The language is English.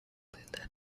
light